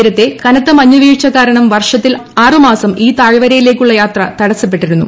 നേരത്തെ കനത്ത മഞ്ഞ് വീഴ്ച കാരണം വർഷത്തിൽ ആറ് മാസം ഈ താഴ്വരയിലേക്കുള്ള യാത്ര തടസ്സപ്പെട്ടിരുന്നു